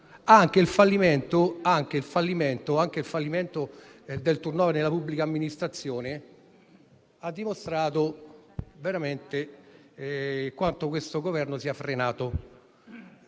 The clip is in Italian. Anche il fallimento del *turnover* nella pubblica amministrazione ha dimostrato quanto questo Governo sia frenato.